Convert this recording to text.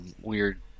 weird